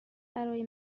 برای